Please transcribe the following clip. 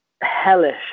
hellish